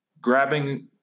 grabbing